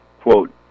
quote